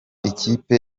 ikipe